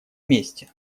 месте